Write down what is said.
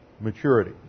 maturity